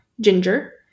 ginger